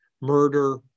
murder